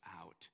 out